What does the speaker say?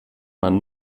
man